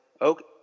okay